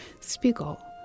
Spiegel